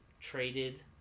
traded